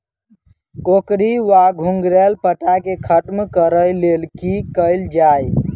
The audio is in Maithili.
कोकरी वा घुंघरैल पत्ता केँ खत्म कऽर लेल की कैल जाय?